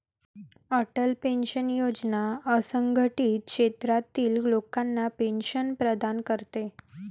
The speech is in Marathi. अटल पेन्शन योजना असंघटित क्षेत्रातील लोकांना पेन्शन प्रदान करते